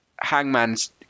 Hangman's